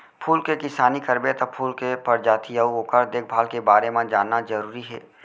फूल के किसानी करबे त फूल के परजाति अउ ओकर देखभाल के बारे म जानना जरूरी हे